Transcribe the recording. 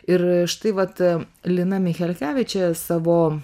ir štai vat lina michelkevičė savo